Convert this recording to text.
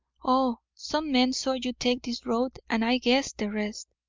oh, some men saw you take this road, and i guessed the rest.